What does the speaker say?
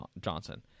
Johnson